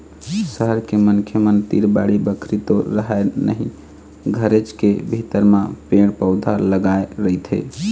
सहर के मनखे मन तीर बाड़ी बखरी तो रहय नहिं घरेच के भीतर म पेड़ पउधा लगाय रहिथे